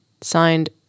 Signed